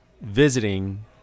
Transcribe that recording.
visiting